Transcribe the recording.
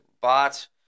bots